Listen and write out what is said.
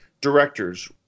directors